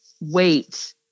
wait